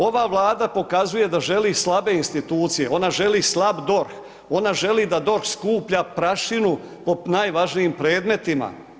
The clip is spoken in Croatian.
Ova Vlada pokazuje da želi slabe institucije, ona želi slab DORH, ona želi da DORH skuplja prašinu po najvažnijim predmetima.